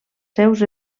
seus